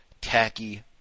tacky